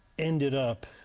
ended up